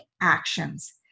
actions